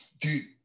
dude